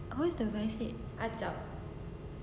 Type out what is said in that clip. oh who is the vice head